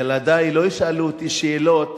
ילדי לא ישאלו אותי שאלות